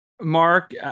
Mark